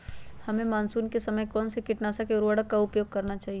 हमें मानसून के समय कौन से किटनाशक या उर्वरक का उपयोग करना चाहिए?